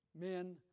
men